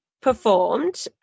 performed